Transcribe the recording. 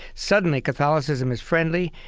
suddenly, catholicism is friendly.